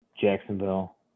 Jacksonville